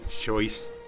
choice